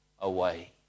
away